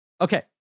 Okay